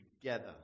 together